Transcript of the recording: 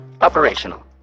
operational